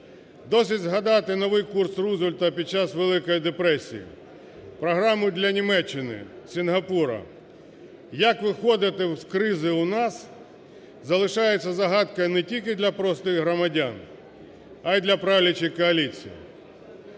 Досить згадати новий курс Рузвельта під час Великої депресії, програму для Німеччини, Сінгапура. Як виходити з кризи у нас – залишається загадкою не тільки для простих громадян, а й для правлячої коаліції.